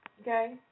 Okay